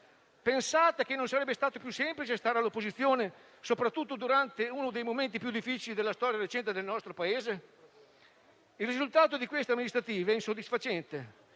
Pensate che non sarebbe stato più semplice stare all'opposizione, soprattutto durante uno dei momenti più difficili della storia recente del nostro Paese? Il risultato di queste elezioni amministrative è insoddisfacente,